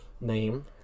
name